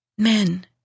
men